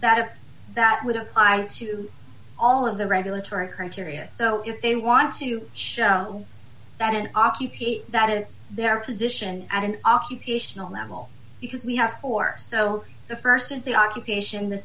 that that would apply to all of the regulatory criteria so if they want to show that in op p p that is their position at an occupational level because we have four so the st is the occupation the